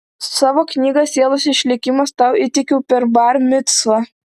savo knygą sielos išlikimas tau įteikiau per bar micvą